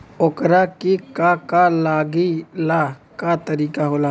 ओकरा के का का लागे ला का तरीका होला?